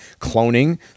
cloning